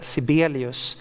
Sibelius